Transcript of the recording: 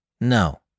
No